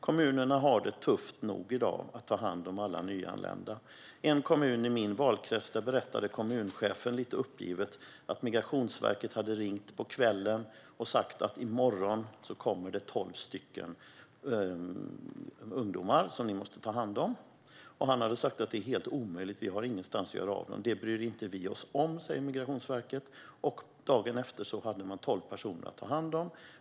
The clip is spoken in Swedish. Kommunerna har det tufft nog i dag att ta hand om alla nyanlända. I en kommun i min valkrets berättade kommunchefen lite uppgivet att Migrationsverket hade ringt på kvällen och sagt att i morgon kommer det tolv ungdomar som ni måste ta hand om. Han hade sagt: Det är helt omöjligt. Vi har ingenstans att göra av dem. Det bryr vi oss inte om, säger Migrationsverket. Dagen efter hade man tolv personer att ta hand om.